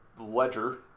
ledger